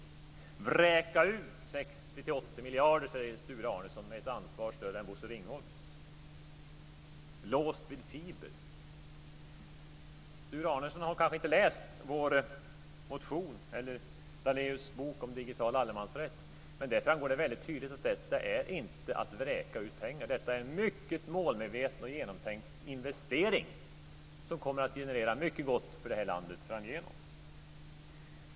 Sture Arnesson säger "vräka ut 60-80 miljarder", ett ansvar större än Bosse Ringholms, och "låst vid fiber". Sture Arnesson kanske inte har läst vår motion eller Daléus bok om digital allemansrätt. Där framgår det tydligt att det inte är att vräka ut pengar, utan detta är en mycket målmedveten och genomtänkt investering, som kommer att generera mycket gott för landet framgent.